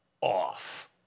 off